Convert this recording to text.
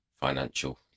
financial